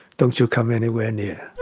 don't you come anywhere near.